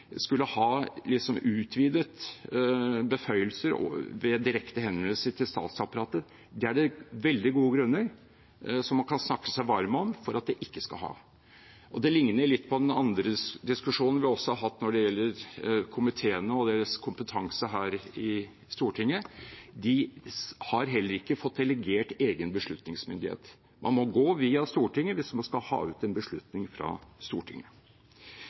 skulle ha utvidede beføyelser ved direkte henvendelser til statsapparatet. Det er det veldig gode grunner, som man kan snakke seg varm om, til at det ikke skal ha. Det ligner litt på den andre diskusjonen vi også har hatt når det gjelder komiteene og deres kompetanse her i Stortinget. De har heller ikke fått delegert egen beslutningsmyndighet. Man må gå via Stortinget hvis man skal ha ut en beslutning fra Stortinget.